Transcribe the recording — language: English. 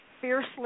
fiercely